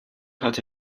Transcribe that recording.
hatte